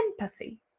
empathy